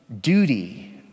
duty